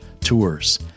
tours